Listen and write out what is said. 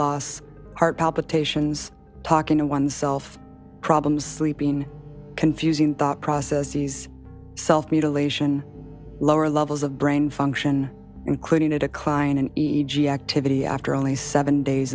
loss heart palpitations talking to oneself problems leaping confusing thought process sees self mutilation lower levels of brain function including a decline in activity after only seven days